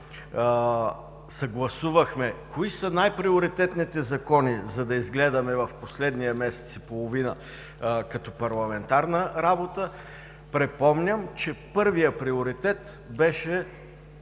съгласувахме кои са най-приоритетните закони, за да ги гледаме в последния месец и половина като парламентарна дейност, припомням, че първият приоритет беше